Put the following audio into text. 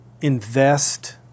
invest